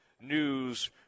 news